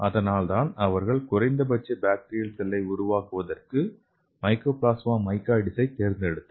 அதனால்தான் அவர்கள் குறைந்தபட்ச பாக்டீரியா செல்லை உருவாக்குவதற்காக இந்த மைக்கோபிளாஸ்மா மைக்கோயிட்சை தேர்ந்தெடுத்தனர்